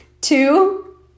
two